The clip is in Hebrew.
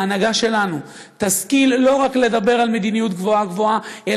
ההנהגה שלנו תשכיל לא רק לדבר גבוהה-גבוהה על מדיניות,